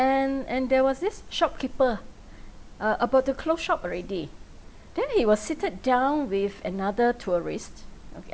and and there was this shopkeeper uh about to close shop already then he was seated down with another tourist